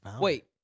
wait